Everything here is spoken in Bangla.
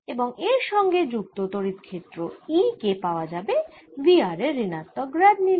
এবং এর সঙ্গে যুক্ত তড়িৎ ক্ষেত্র E কে পাওয়া যাবে V r এর ঋণাত্মক গ্র্যাড নিলে